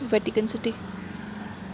Vatican city